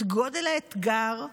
את גודל האתגר,